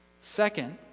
Second